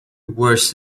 worth